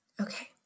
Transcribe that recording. Okay